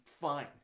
fine